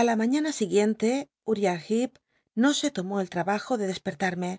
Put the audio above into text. a la mañana siguiente jtiah llecp no se tomó el ltabajo de despertarme